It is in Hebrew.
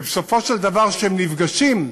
ובסופו של דבר, כשהם נפגשים,